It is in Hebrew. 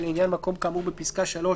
לעניין מקום כאמור בפסקה (3),